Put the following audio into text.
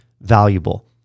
valuable